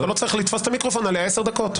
אתה לא צריך לתפוס את המיקרופון לעשר דקות.